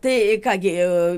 tai ką gi